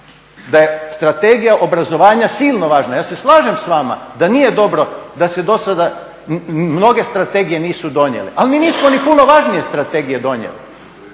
da je strategija obrazovanja silno važna, ja se slažem s vama da nije dobro da se do sada mnoge strategije nisu donijele, ali mi nismo ni puno važnije strategije donijeli